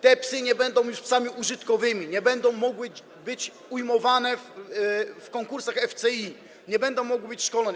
Te psy nie będą już psami użytkowymi, nie będą mogły być ujmowane w konkursach FCI, nie będą mogły być szkolone.